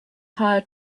hire